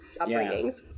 upbringings